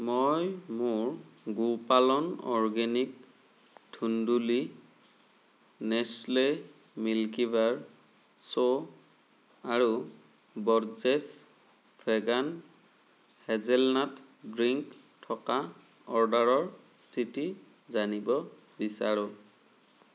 মই মোৰ গোপালন অৰ্গেনিক ধুন্দুলি নেচ্লে মিল্কি বাৰ চৌ আৰু বৰ্জেছ ভেগান হেজেলনাট ড্ৰিংক থকা অৰ্ডাৰৰ স্থিতি জানিব বিচাৰোঁ